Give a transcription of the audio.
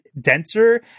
denser